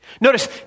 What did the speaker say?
Notice